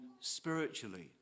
spiritually